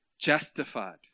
Justified